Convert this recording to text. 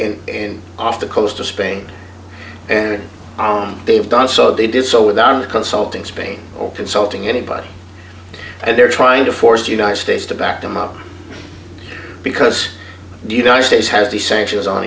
and in off the coast of spain and they've done so they did so without consulting spain or consulting anybody and they're trying to force united states to back them up because the united states has the sanctions on